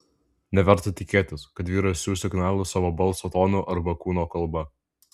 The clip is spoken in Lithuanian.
neverta tikėtis kad vyras siųs signalus savo balso tonu arba kūno kalba